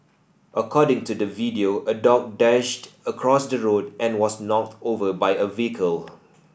according to the video a dog dashed across the road and was knocked over by a vehicle